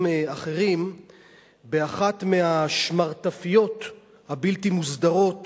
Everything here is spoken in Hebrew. אחרים באחת מהשמרטפיות הבלתי-מוסדרות